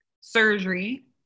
surgery